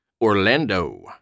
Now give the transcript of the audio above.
Orlando